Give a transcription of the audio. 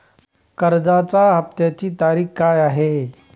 कर्जाचा हफ्त्याची तारीख काय आहे?